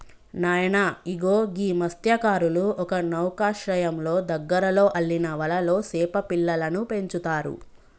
నాయన ఇగో గీ మస్త్యకారులు ఒక నౌకశ్రయంలో దగ్గరలో అల్లిన వలలో సేప పిల్లలను పెంచుతారు